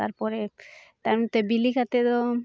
ᱛᱟᱨᱯᱚᱨᱮ ᱛᱟᱭᱚᱢᱛᱮ ᱵᱤᱞᱤ ᱠᱟᱛᱮᱫ ᱫᱚ